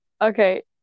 Okay